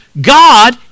God